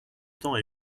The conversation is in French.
temps